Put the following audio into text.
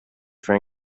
for